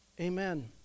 amen